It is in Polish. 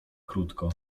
krótko